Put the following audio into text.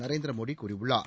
நரேந்திர மோடி கூறியுள்ளார்